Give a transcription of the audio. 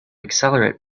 accelerate